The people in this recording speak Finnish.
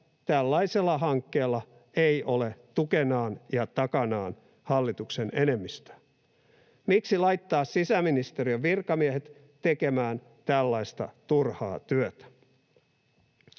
tällaisella hankkeella ei ole tukenaan ja takanaan hallituksen enemmistö? Miksi laittaa sisäministeriön virkamiehet tekemään tällaista turhaa työtä?